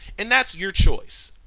and that's your choice.